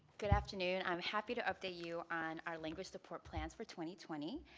good afternoon. i'm happy to update you on our language support plans for twenty twenty.